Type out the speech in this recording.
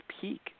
peak